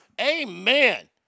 Amen